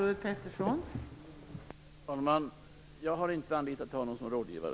Fru talman! Jag har inte anlitat någon sådan rådgivare.